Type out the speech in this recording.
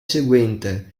seguente